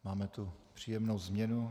Máme tu příjemnou změnu.